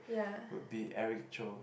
would be Eric-Chou